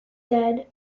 said